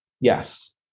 Yes